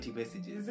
messages